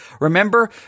Remember